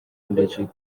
allergic